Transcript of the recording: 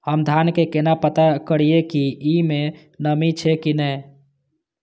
हम धान के केना पता करिए की ई में नमी छे की ने?